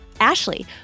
Ashley